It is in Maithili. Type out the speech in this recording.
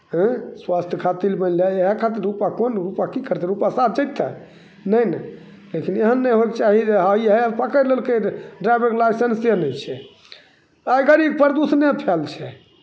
आँय स्वास्थ्य खातिर बनलै इएह खातिर रुपैआ कोन रुपैआ की करतै रुपैआ साथ जयतै नहि ने ताहिसँ एहन नहि होइक चाही जे हँ इएह पकड़ि लेलकै जे ड्राइभरकेँ लाइसेंसे नहि छै आ ई गड़ी प्रदूषणे फएल छै